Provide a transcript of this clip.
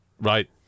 Right